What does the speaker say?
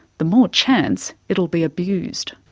the more chance it'll be abused.